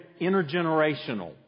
intergenerational